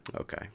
Okay